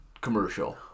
commercial